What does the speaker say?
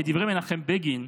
כדברי מנחם בגין,